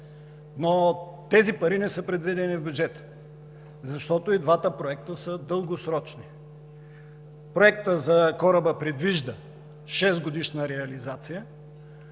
но тези пари не са предвидени в бюджета, защото и двата проекта са дългосрочни. Проектът за кораба предвижда 6-годишна реализация,